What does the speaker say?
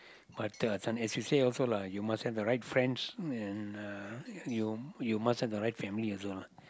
but the as you say also lah you must have the right friends and uh you you must have the right family also lah